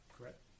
Correct